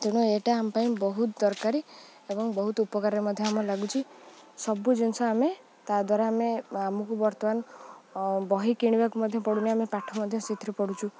ତେଣୁ ଏଇଟା ଆମ ପାଇଁ ବହୁତ ଦରକାରୀ ଏବଂ ବହୁତ ଉପକାରରେ ମଧ୍ୟ ଆମ ଲାଗୁଛି ସବୁ ଜିନିଷ ଆମେ ତା'ଦ୍ୱାରା ଆମେ ଆମକୁ ବର୍ତ୍ତମାନ ବହି କିଣିବାକୁ ମଧ୍ୟ ପଡ଼ୁନି ଆମେ ପାଠ ମଧ୍ୟ ସେଥିରେ ପଢ଼ୁଛୁ